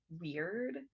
weird